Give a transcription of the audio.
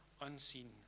unseen